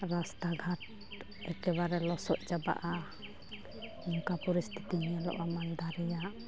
ᱨᱟᱥᱛᱟ ᱜᱷᱟᱴ ᱮᱠᱮᱵᱟᱨᱮ ᱞᱚᱥᱚᱫ ᱪᱟᱵᱟᱜᱜᱼᱟ ᱚᱱᱠᱟ ᱯᱚᱨᱤᱥᱛᱤᱛᱤ ᱧᱮᱞᱚᱼᱟ ᱢᱟᱞᱫᱟ ᱨᱮᱭᱟᱜ